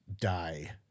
die